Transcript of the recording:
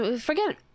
forget